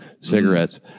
Cigarettes